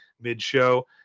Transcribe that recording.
mid-show